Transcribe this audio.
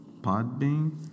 Podbean